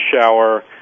shower